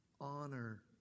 honor